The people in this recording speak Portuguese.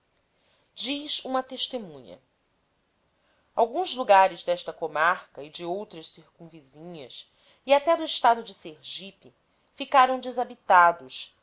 diz uma testemunha lguns lugares desta comarca e de outras circunvizinhas e até do estado de sergipe ficaram desabitados